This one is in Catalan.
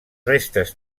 restes